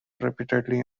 repeatedly